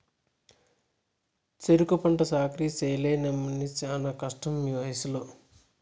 సెరుకు పంట సాకిరీ చెయ్యలేనమ్మన్నీ శానా కష్టమీవయసులో